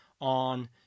on